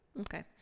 Okay